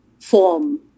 form